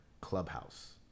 clubhouse